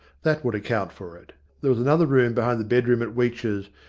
that would account for it. there was another room behind the bedroom at weech's,